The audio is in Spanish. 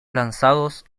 lanzados